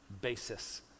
basis